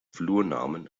flurnamen